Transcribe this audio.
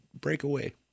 Breakaway